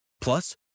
plus